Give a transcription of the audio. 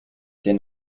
den